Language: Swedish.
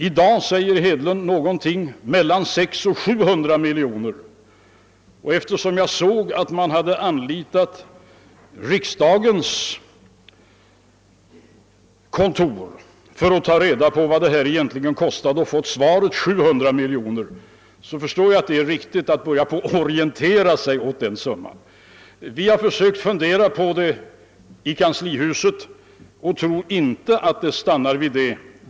I dag säger herr Hedlund att det rör sig om en kostnad på mellan 600 och 700 miljoner kronor. Eftersom jag såg att man hade anlitat riksdagens kontor för att ta reda på vad en sådan reform skulle kosta och fått svaret 700 miljoner kronor, förstår jag att det är riktigt att börja orientera sig mot den summan. Vi har i kanslihuset försökt beräkna kostnaderna och tror inte att de stannar vid det beloppet.